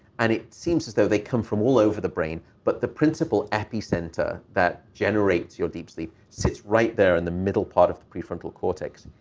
and it seems as though they come from all over the brain, but the principal epicenter that generates your deep sleep sits right there in the middle part of the prefrontal cortex.